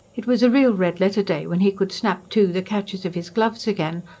it was a real red-letter day when he could snap to the catches of his gloves again,